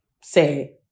say